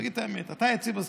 נגיד את האמת, אתה יציב בסקרים,